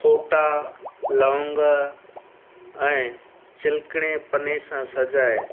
फोटा लौंग ऐं चिल्कणे पने सां सॼाए